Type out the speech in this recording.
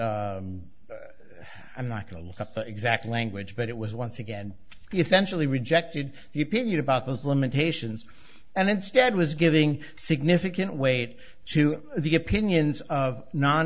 it i'm not going to look at the exact language but it was once again essentially rejected the opinion about those limitations and instead was giving significant weight to the opinions of non